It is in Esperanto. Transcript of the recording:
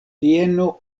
vieno